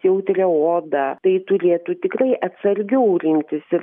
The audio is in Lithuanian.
jautrią odą tai turėtų tikrai atsargiau rinktis ir